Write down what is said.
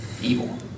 evil